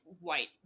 white